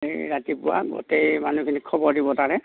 এই ৰাতিপুৱা গোটেই মানুহখিনিক খবৰ দিব তাৰে